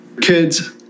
kids